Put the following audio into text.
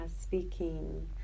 speaking